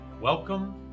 Welcome